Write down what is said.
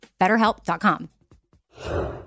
BetterHelp.com